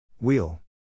Wheel